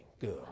Good